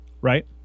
right